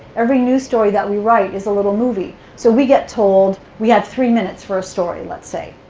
every news story that we write is a little movie. so we get told we have three minutes for a story, let's say.